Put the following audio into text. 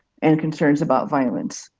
and concerns about violence.